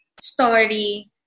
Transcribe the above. story